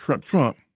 Trump